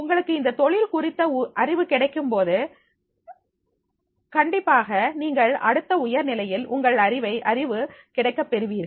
உங்களுக்கு இந்தத் தொழில் குறித்த அறிவு கிடைக்கும் போது கண்டிப்பாக நீங்கள் அடுத்த உயர் நிலையில் உங்கள் அறிவு கிடைக்கப்பெறுவீர்கள்